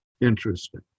interesting